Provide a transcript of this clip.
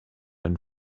and